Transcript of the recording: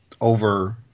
over